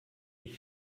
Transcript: ich